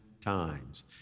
times